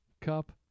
cup